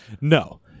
No